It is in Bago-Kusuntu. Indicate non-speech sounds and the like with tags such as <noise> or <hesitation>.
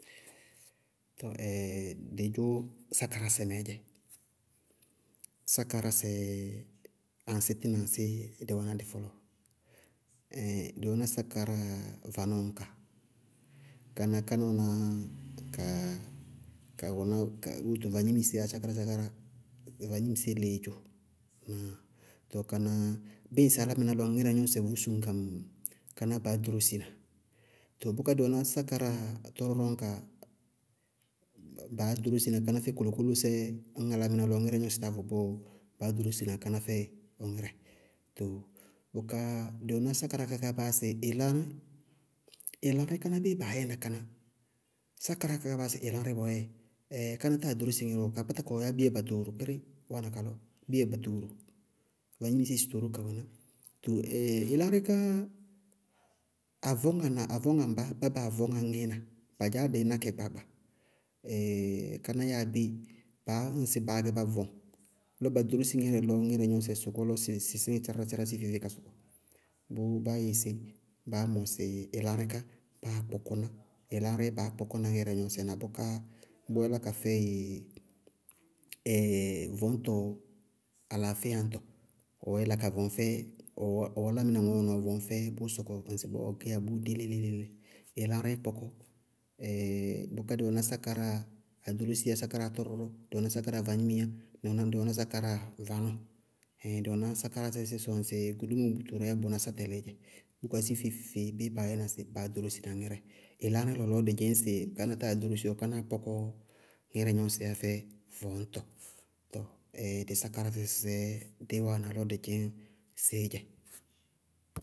Tɔɔ <hesitation> dɩ dzʋ sákarásɛ mɛɛ dzɛ. Sákarásɛ aŋsí tí na aŋsíí dɩ wɛná dɩ fɔlɔɔ? <hesitation> dɩ wɛná sákaráa vanɔɔ ñka. Káná káná wɛná ká-ká wɛná- ká vagnimiséé yá sákárá-sákárá vagnimiséé lɩɩdzʋ na tɔɔ káná bíɩ ŋsɩ álámɩná lɔ ŋ ŋírɛ gnɔñsɛ vʋ suŋgaŋ, kánáá baá ɖorosi na tɔɔ bʋká dɩ wɛná sákaráa tɔrɔrɔñka baá ɖorosi na káná fɛ kolokoto sɛ, ñŋsɩ álámɩná lɔ ɔ ŋírɛ gnɔñsɛ tá vʋ bɔɔ, baá ɖorosi na káná fɛɩ ɔ ŋírɛ, too bʋká dɩ wɛná sákaráa kaá baa yáa sɩ ɩlárɩñ. Ɩlárɩñ káná, béé baá yɛna káná? Sákaráa kakaá baa yáa sɩ ɩlárɩñ bɔɔyɛ ɛɛ káná táa ɖorosi ŋírɛ ɔɔ, ka kpáta wɛɛyá biya batooro kpéré kalɔ, biya batooro, vagnimisé sɩtooro wáana kalɔ, vagnimisé sɩtooroó ka wɛná too <hesitation> ɩlárɩñ ká, avɔñŋana avɔñŋaŋbaá, bábaáa vɔñŋá ŋíína, badzaá dɩí nákɛ gbaagba, <hesitation> káná yáa bé, kaá ñŋsɩ baá gɛ bá vɔŋ lɔ ba ɖorosi ŋírɛ lɔ ŋirɛgnɔñsɛ sɔkɔ lɔ sɩ sɩ sárárá-sárárá sí feé-feé ka sɔkɔ, bʋʋ báá yɛ sé? Báá mɔsɩ ɩlárɩñ ká, báá kpɔkɔ ná, ɩlárɩñí baá kpɔkna ŋirɛgnɔñsɛ na bʋká bʋ yálá ka fɛɩ <hesitation> vɔñtɔ alaafíya ñtɔ ɔɔ yála ka vɔŋ fɛ ɔɔlámɩná ŋɔɔ ɔ wáana ɔɔ vʋñfɛ bʋ sɔkɔ ŋsɩbɔɔ ɔɔ gɛyá bʋʋ dé léle-léle. Ɩlárɩñ kpɔkɔ, <hesitation> bʋká sákaráa aɖorósiyá, sákaráa tɔrɔrɔ, dɩ wɛná sákaráa vagnimiyá, dɩ wɛná sákaráa vanɔɔ, ɛɛin dɩ wɛná sákarásɛ sí sɩ wɛ ŋsɩ gulúmo bʋtooro abéé bʋnásá tɛlɩídzɛ. Bʋká sí feé-feé béé baá yɛna sí? Baá ɖorosina ŋírɛ. Ɩlárɩñ lɔlɔɔ dɩ dzɩñŋsɩ káná táa ɖorosi bɔɔ, kánáá kpɔkɔ ŋirɛgnɔñsɛɛ yá fɛ vɔñtɔ. Tɔɔ <hesitation> dɩ sákarásɛ sɩsɩ sɛɛ dí wáana lɔ dɩ dzɩñŋ sɩí dzɛ.